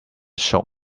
shook